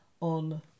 on